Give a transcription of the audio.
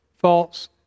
false